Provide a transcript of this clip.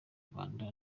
rwanda